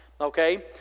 okay